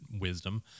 wisdom